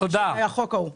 של החוק ההוא.